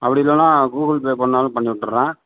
அப்படி இல்லைனா Google Pay பண்ணாலும் பண்ணிவிட்டுறேன்